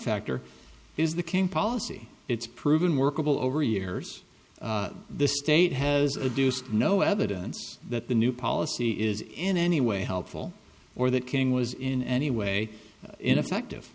factor is the king policy it's proven workable over years the state has a deuced no evidence that the new policy is in any way helpful or that king was in any way ineffective